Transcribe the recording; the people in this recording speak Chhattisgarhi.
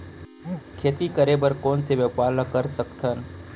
खेती करे बर कोन से व्यापार ला कर सकथन?